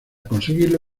conseguirlo